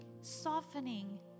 softening